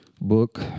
book